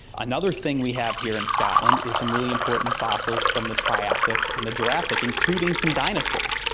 another thing we have here in scotland is some really important fossils from the triassic and the jurassic, including some dinosaurs.